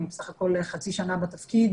אני בסך הכול חצי שנה בתפקיד,